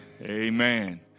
Amen